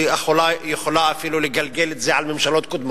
היא אפילו יכולה לגלגל את זה על ממשלות קודמות,